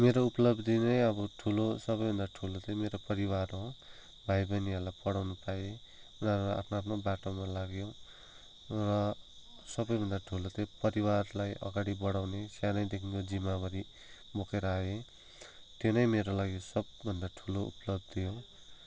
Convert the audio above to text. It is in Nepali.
मेरो उपलब्धि नै अब ठुलो सबैभन्दा ठुलो चाहिँ मेरो परिवार हो भाइ बहिनीहरूलाई पढाउनु पाएँ उनीहरू आफ्नो आफ्नो बाटोमा लाग्यो र सबैभन्दा ठुलो चाहिँ परिवारलाई अगाडि बढाउने सानैदेखिको जिम्मेवारी बोकेर आएँ त्यो नै मेरो लागि सबभन्दा ठुलो उपलब्धि हो